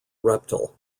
reptile